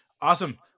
Awesome